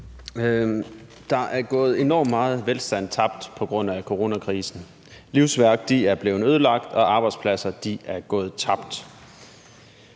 Der er gået enormt meget velstand tabt på grund af coronakrisen. Livsværk er blevet ødelagt, og arbejdspladser er gået tabt.